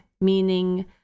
meaning